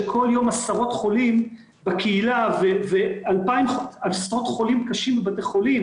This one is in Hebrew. של כל יום עשרות חולים בקהילה ועשרות חולים קשים בבתי חולים